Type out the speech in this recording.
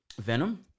Venom